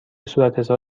صورتحساب